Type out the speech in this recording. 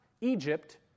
Egypt